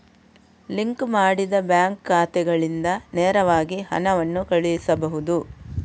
link ಮಾಡಿದ bank ಖಾತೆಗಳಿಂದ ನೇರವಾಗಿ ಹಣವನ್ನು ಕಳುಹಿಸಬಹುದು